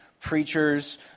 preachers